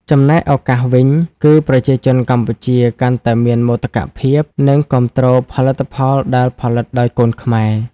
ចំណែកឱកាសវិញគឺ ប្រជាជនកម្ពុជាកាន់តែមានមោទកភាព និងគាំទ្រផលិតផលដែលផលិតដោយកូនខ្មែរ។